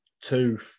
two